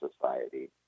society